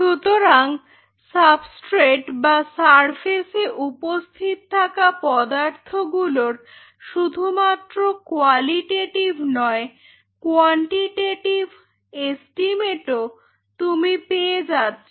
সুতরাং সাবস্ট্রেট বা সারফেসে উপস্থিত থাকা পদার্থগুলোর শুধুমাত্র কোয়ালিটেটিভ নয় কোয়ান্টিটেটিভ এস্টিমেটও তুমি পেয়ে যাচ্ছ